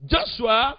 Joshua